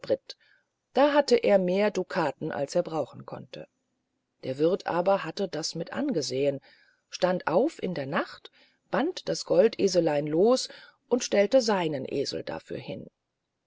da hatte er mehr ducaten als er brauchen konnte der wirth aber hatte das mit angesehen stand auf in der nacht band das goldeselein los und stellte seinen esel dafür hin